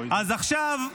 אז עכשיו,